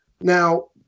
Now